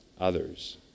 others